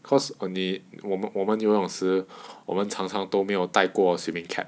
cause orh 你我们我们游泳时我们常常都没有戴过 swimming cap